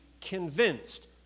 convinced